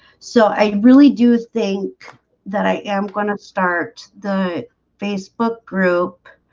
so i really do think that i am going to start the facebook group